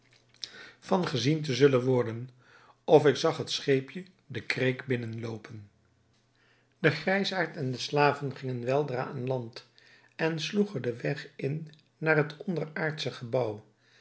van gezien te zullen worden of ik zag het scheepje de kreek binnen loopen de grijsaard en de slaven gingen weldra aan land en sloegen den weg in naar het onderaardsche gebouw